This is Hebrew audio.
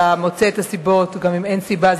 אתה מוצא את הסיבות גם אם אין סיבה.